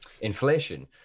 inflation